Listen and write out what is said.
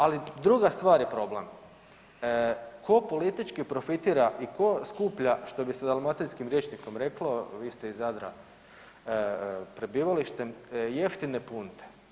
Ali druga stvar je problem, tko politički profitira i tko skuplja što bi se dalmatinskim rječnikom reklo, vi ste iz Zadra prebivalištem, jeftine punte.